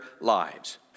lives